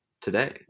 today